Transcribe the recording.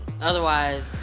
Otherwise